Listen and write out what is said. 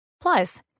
Plus